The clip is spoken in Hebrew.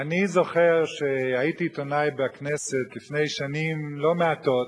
אני זוכר שהייתי עיתונאי בכנסת לפני שנים לא מעטות,